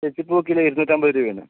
തെച്ചിപ്പൂ kilo ഇരുന്നൂറ്റമ്പത് രൂപയാണ്